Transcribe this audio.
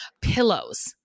Pillows